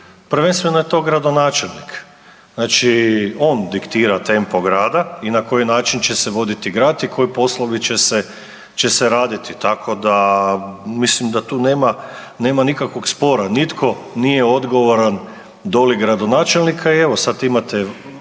prvenstveno je to gradonačelnik. Znači on diktira tempo grada i na koji način će se voditi grad i koji poslovi će se raditi. Tako da mislim da tu nema nikakvog spora, nitko nije odgovoran doli gradonačelnika i evo sad imate